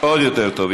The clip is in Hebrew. עוד יותר טוב.